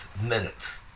minutes